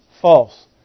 false